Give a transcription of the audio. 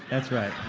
that's right.